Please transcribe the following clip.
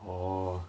orh